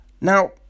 now